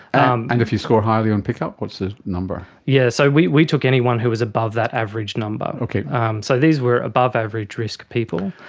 um and if you score highly on pickup, what's the number? yes, so we we took anyone who was above that average number. so these were above average risk people,